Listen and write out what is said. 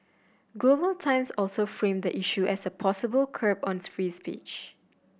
Global Times also framed the issue as a possible curb on free speech